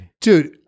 Dude